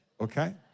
okay